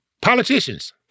Politicians